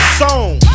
song